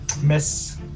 Miss